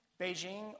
Beijing